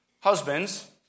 Husbands